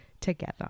together